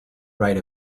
right